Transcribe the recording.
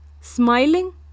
smiling